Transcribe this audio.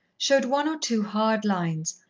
showed one or two hard lines,